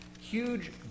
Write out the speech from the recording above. huge